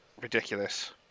ridiculous